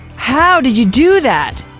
how did you do that!